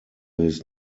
his